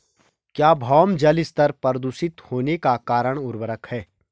क्या भौम जल स्तर प्रदूषित होने का कारण उर्वरक है?